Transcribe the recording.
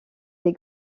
des